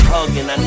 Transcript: Hugging